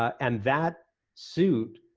and that suit